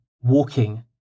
walking